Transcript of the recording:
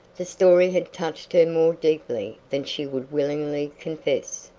the story had touched her more deeply than she would willingly confess.